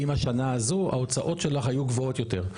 אם השנה הזו ההוצאות שלך היו גבוהות יותר.